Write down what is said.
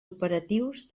operatius